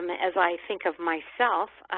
um ah as i think of myself,